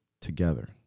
together